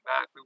back